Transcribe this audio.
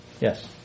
Yes